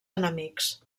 enemics